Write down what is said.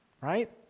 right